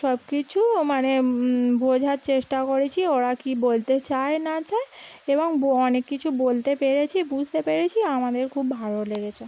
সব কিছু মানে বোঝার চেষ্টা করেছি ওরা কী বলতে চায় না চায় এবং ও অনেক কিছু বলতে পেরেছি বুঝতে পেরেছি আমাদের খুব ভালো লেগেছে